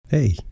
Hey